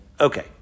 Okay